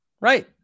Right